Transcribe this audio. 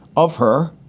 of her,